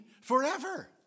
forever